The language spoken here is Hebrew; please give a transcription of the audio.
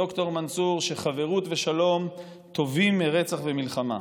ד"ר מנסור, שחברות ושלום טובים מרצח ומלחמה.